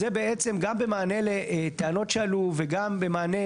זה בעצם גם במענה לטענות שעלו וגם במענה